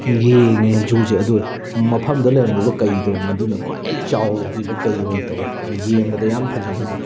ꯌꯦꯡꯉꯦ ꯖꯨꯁꯦ ꯑꯗꯣ ꯃꯐꯝꯗꯨꯗ ꯂꯩꯔꯝꯃꯤꯕ ꯀꯩꯗꯣ ꯃꯗꯨꯅ ꯈ꯭ꯋꯥꯏꯗꯩ ꯆꯥꯎꯈꯤꯕ ꯀꯩ ꯑꯣꯏꯅ ꯇꯧꯋꯦ ꯌꯦꯡꯕꯗ ꯌꯥꯝ ꯐꯖꯈꯤꯕ